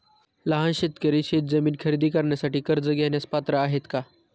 लहान शेतकरी शेतजमीन खरेदी करण्यासाठी कर्ज घेण्यास पात्र आहेत का?